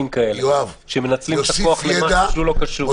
כאלה שמנצלים את הכוח למשהו לא קשור.